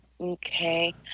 okay